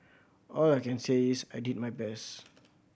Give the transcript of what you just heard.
all I can say is I did my best